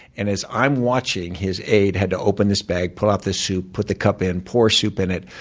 and as i'm watching, his aide had to open this bag, pull out the soup, put the cup in, pour soup in it.